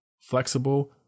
flexible